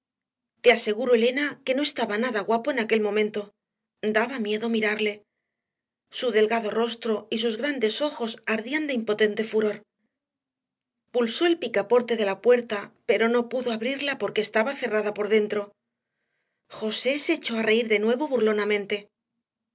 te aseguro elena que no estaba nada guapo en aquel momento daba miedo mirarle su delgado rostro y sus grandes ojos ardían de impotente furor pulsó el picaporte de la puerta pero no pudo abrirla porque estaba cerrada por dentro josé se echó a reír de nuevo burlonamente